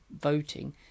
voting